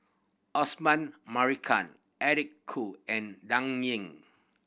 Osman Merican Eric Khoo and Dan Ying